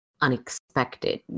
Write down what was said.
unexpected